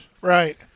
Right